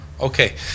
Okay